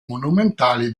monumentali